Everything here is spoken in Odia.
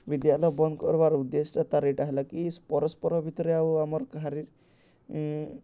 ବିଦ୍ୟାଳୟ ବନ୍ଦ୍ କର୍ବାର୍ ଉଦ୍ଦେଶ୍ୟ ତାର୍ ଇଟା ହେଲା କି ପରସ୍ପର ଭିତ୍ରେ ଆଉ ଆମର୍ କାହାରିର୍